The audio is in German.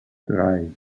drei